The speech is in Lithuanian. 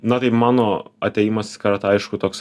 na tai mano atėjimas į karatė aišku toks